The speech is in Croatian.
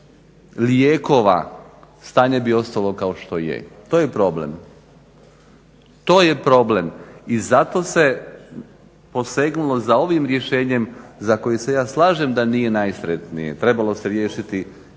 lijekova stanje bi ostalo kao što je. To je problem i zato se posegnulo za ovim rješenje za koje se ja slažem da nije najsretnije. Trebalo se riješiti